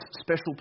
special